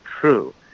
true